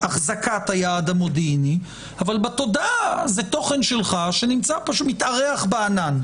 היעד המודיעיני אבל בתודעה זה תוכן שלך שמתארח בענן.